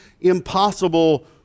impossible